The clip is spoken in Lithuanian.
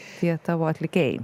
tie tavo atlikėjai